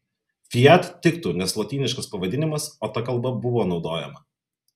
fiat tiktų nes lotyniškas pavadinimas o ta kalba buvo naudojama